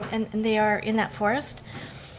and and they are in that forest,